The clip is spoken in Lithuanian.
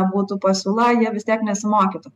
būtų pasiūla jie vis tiek nesimokytų